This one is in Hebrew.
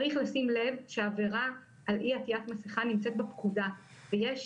צריך לשים לב שעבירה על אי עטיית מסכה נמצאת בפקודה ויש